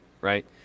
right